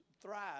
thrive